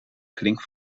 klink